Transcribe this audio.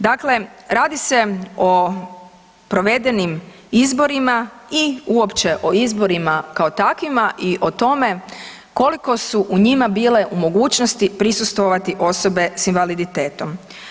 Dakle, radi se o provedenim izborima i uopće o izborima kao takvima i o tome koliko su u njima bile u mogućnosti prisustvovati osobe s invaliditetom.